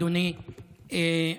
אדוני,